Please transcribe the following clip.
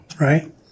Right